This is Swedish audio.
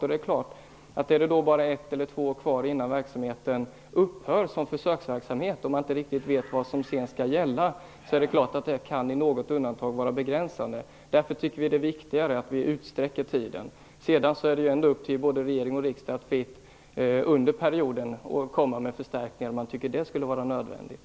Om det då är bara ett eller två år kvar innan verksamheten upphör som försöksverksamhet och om man inte riktigt vet vad som sedan skall gälla kan det i något undantagsfall vara begränsande. Därför anser vi att det är viktigare att vi utsträcker tiden. Sedan är det ändå upp till både regering och riksdag att fritt under perioden komma med förstärkningar om man tycker att det skulle vara nödvändigt.